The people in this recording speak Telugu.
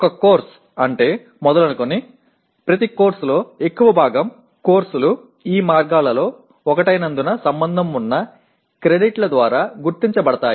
ఒక కోర్సు అంటే మొదలుకొని ప్రతి కోర్సులో ఎక్కువ భాగం కోర్సులు ఈ వర్గాలలో ఒకటైనందున సంబంధం ఉన్న క్రెడిట్ల ద్వారా గుర్తించబడతాయి